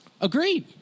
Agreed